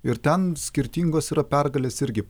ir ten skirtingos yra pergalės irgi